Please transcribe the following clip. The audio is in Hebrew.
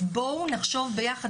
בואו נחשוב ביחד,